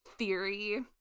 theory